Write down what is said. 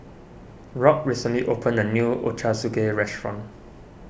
Rock recently opened a new Ochazuke restaurant